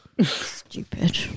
Stupid